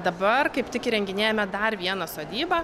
dabar kaip tik įrenginėjame dar vieną sodybą